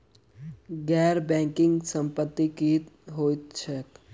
गैर बैंकिंग संपति की होइत छैक?